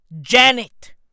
Janet